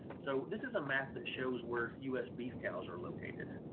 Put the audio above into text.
so this is a map that shows where us beef cows are located.